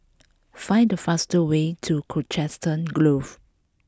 find the fastest way to Colchester Grove